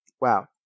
wow